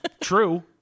True